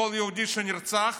כל יהודי שנרצח,